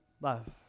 love